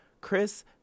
Chris